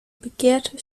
begehrte